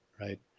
right